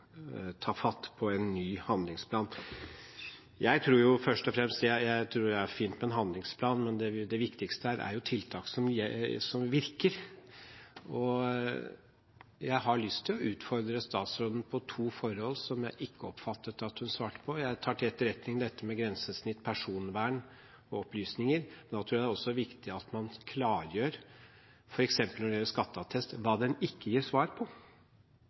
ta fatt på en ny handlingsplan. Jeg mener det er fint med en handlingsplan, men det viktigste er tiltak som virker. Jeg har lyst til å utfordre statsråden på to forhold, som jeg ikke oppfattet at hun svarte på. Jeg tar til etterretning dette med grensesnitt, personvern og -opplysninger, men jeg tror det også er viktig at man klargjør, f.eks. når det gjelder skatteattesten, hva den ikke gir svar på.